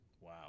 wow